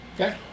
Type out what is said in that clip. Okay